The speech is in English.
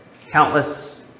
countless